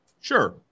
Sure